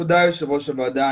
תודה, יושבת-ראש הוועדה.